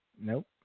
nope